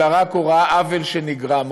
אלא הוא רק ראה עוול שנגרם.